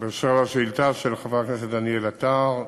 אשר לשאילתה של חבר הכנסת דניאל עטר,